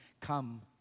come